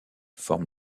forme